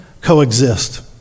coexist